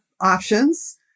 options